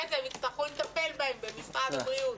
אחרי זה הם יצטרכו לטפל בהם במשרד הבריאות.